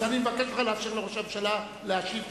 אז אני מבקש ממך לאפשר לראש הממשלה להשיב.